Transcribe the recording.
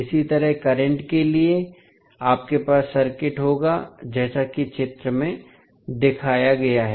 इसी तरह करंट के लिए आपके पास सर्किट होगा जैसा कि चित्र में दिखाया गया है